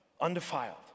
undefiled